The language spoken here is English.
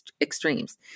extremes